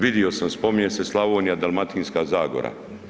Vidio sam, spominje se Slavonija, Dalmatinska zagora.